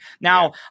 Now